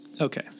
Okay